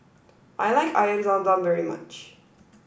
I like Air Zam Zam very much